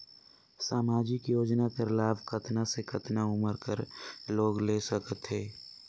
समाजिक योजना कर लाभ कतना से कतना उमर कर लोग ले सकथे?